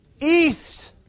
east